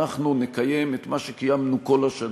אנחנו נקיים את מה שקיימנו כל השנים,